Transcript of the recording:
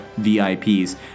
VIPs